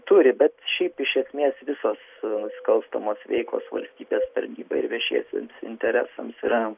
turi bet šiaip iš esmės visos nusikalstamos veikos valstybės tarnybai viešiesiems interesams yra